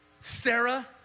Sarah